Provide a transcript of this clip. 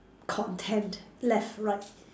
content left right